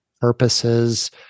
purposes